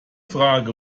frage